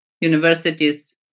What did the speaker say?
universities